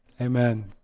Amen